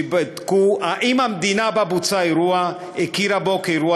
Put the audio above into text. ויבדקו אם המדינה שבה בוצע האירוע הכירה בו כאירוע